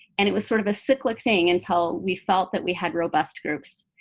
and it was sort of a cyclic thing until we felt that we had robust groups.